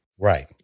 Right